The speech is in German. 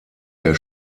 der